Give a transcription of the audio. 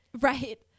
Right